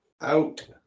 Out